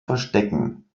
verstecken